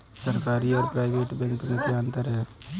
सरकारी और private bank में क्या अंतर है?